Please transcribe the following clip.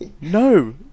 No